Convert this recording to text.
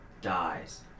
dies